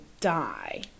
die